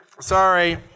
Sorry